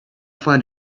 find